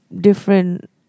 different